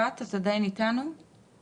אני עדיין אתכם.